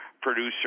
producer